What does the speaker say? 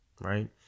Right